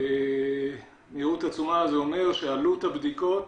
מהירות עצומה זה אומר שעלות הבדיקות